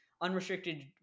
unrestricted